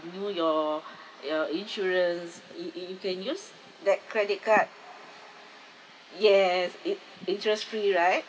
renew your your insurance you you you can use that credit card yes int~ interest-free right